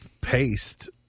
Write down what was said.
paste